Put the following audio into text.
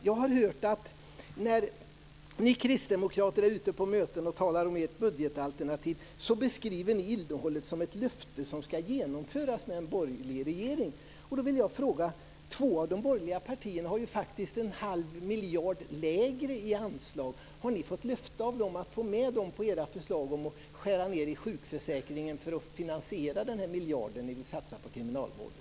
Jag har hört att när ni kristdemokrater är ute på möten och talar om ert budgetalternativ beskriver ni innehållet som ett löfte som ska genomföras med en borgerlig regering. Då vill jag fråga: Två av de borgerliga partierna har faktiskt en halv miljard lägre i anslag, har ni fått löfte av dem att få med dem på era förslag om att skära ned i sjukförsäkringen för att finansiera den miljard ni vill satsa på kriminalvården?